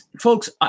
folks